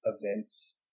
events